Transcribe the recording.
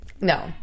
No